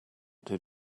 did